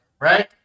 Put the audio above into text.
right